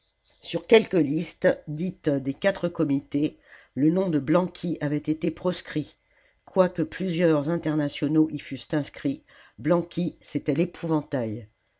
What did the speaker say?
sur quelques listes dites des quatre comités le nom de blanqui avait été proscrit quoique plusieurs internationaux y fussent inscrits blanqui c'était l'épouvantail